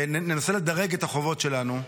וננסה לדרג את החובות שלנו,